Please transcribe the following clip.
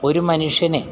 ഒരു മനുഷ്യനെ